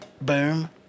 Boom